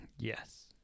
Yes